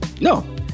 No